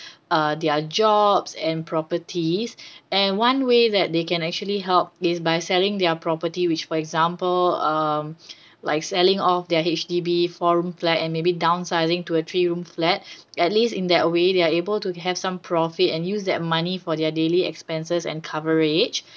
uh their jobs and properties and one way that they can actually help is by selling their property which for example um like selling off their H_D_B four room flat and maybe downsizing to a three room flat at least in that way they're able to have some profit and use that money for their daily expenses and coverage